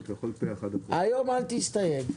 היום אל תסתייג.